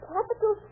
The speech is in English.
Capital